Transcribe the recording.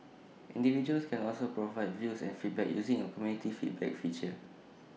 individuals can also provide views and feedback using A community feedback feature